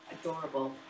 adorable